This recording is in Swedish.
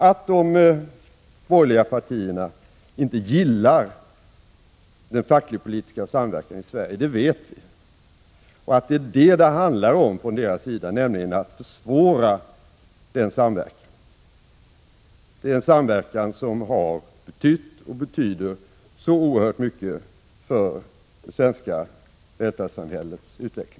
Att de borgerliga partierna inte gillar den facklig-politiska samverkan i Sverige vet vi och att det som det handlar om från deras sida är att försvåra denna samverkan, en samverkan som har betytt och betyder så oerhört mycket för det svenska välfärdssamhällets utveckling.